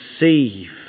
receive